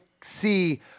see